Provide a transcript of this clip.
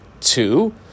two